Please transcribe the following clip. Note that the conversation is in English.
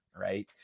right